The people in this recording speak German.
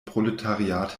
proletariat